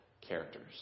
characters